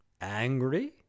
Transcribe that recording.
angry